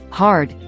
hard